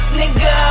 nigga